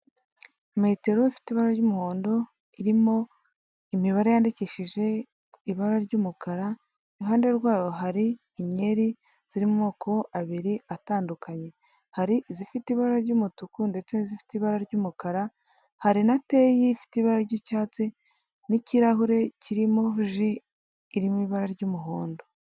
Metero ifite ibara ry'umuhondo, irimo imibare yandikishije ibara ry'umukara, iruhande rwayo hari inkeri ziri mu moko abiri atandukanye. Hari izifite ibara ry'umutuku ndetse n'izifite ibara ry'umukara, hari na teyi ifite ibara ry'icyatsi n'ikirahure kirimo ji iri mu ibara ry'umuhondo.